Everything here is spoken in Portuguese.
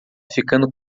ficando